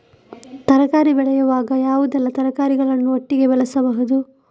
ತರಕಾರಿ ಬೆಳೆಯುವಾಗ ಯಾವುದೆಲ್ಲ ತರಕಾರಿಗಳನ್ನು ಒಟ್ಟಿಗೆ ಬೆಳೆಸಬಹುದು?